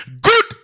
Good